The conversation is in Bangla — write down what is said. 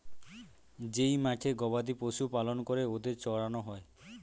যেই মাঠে গবাদি পশু পালন করে ওদের চড়ানো হয়